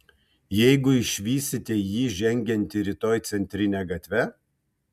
jeigu išvysite jį žengiantį rytoj centrine gatve